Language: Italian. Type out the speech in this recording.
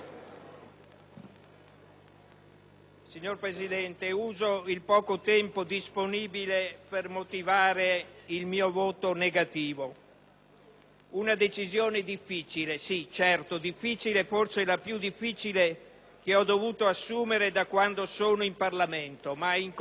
Signor Presidente, uso il poco tempo disponibile per motivare il mio voto contrario. Una decisione difficile, certo, forse la più difficile che ho dovuto prendere da quando sono in Parlamento, ma in coscienza non mi sento